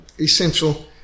essential